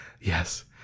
Yes